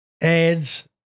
ads